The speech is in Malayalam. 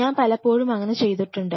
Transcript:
ഞാൻ പലപ്പോഴും അങ്ങനെ ചെയ്തിട്ടുണ്ട്